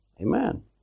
Amen